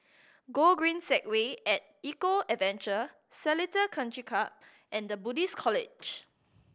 Gogreen Segway At Eco Adventure Seletar Country Club and Buddhist College